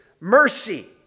Mercy